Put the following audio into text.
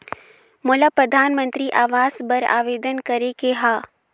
मोला परधानमंतरी आवास बर आवेदन करे के हा?